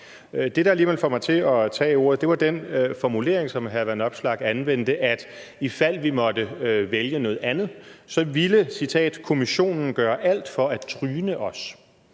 alligevel fik mig til at tage ordet, var den formulering, som hr. Alex Vanopslagh anvendte, nemlig den, at ifald vi måtte vælge noget andet, ville Kommissionen gøre alt for at tryne os.